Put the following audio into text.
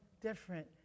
different